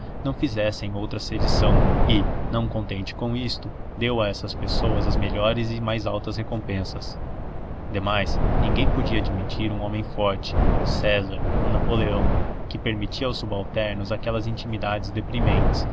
não fizessem outra sedição e não contente com isto deu a essas pessoas as melhores e mais altas recompensas demais ninguém pode admitir um homem forte um césar um napoleão que permita aos subalternos aquelas intimidades deprimentes